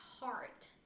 heart